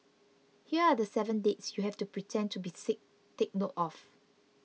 here are the seven dates you have to pretend to be sick take note of